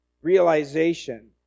realization